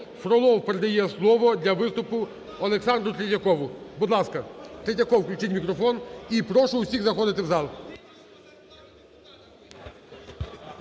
Фролов передає слово для виступу Олександру Третьякову, будь ласка. Третьяков, включіть мікрофон і прошу всіх заходити в зал.